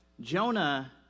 Jonah